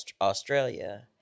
Australia